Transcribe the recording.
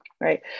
Right